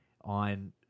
on